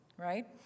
right